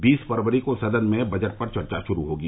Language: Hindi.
बीस फरवरी से सदन में बजट पर चर्चा शुरू होगी